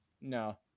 No